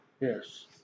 Yes